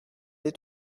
des